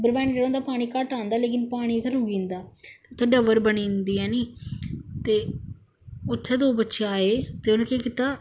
परमंडल पानी घट्ट आंदा पर पानी उत्थै रुकी जंदा उत्थै डबर बनी जंदी है नी ते उत्थे दौ बच्चे आए ते उनें केह् कीता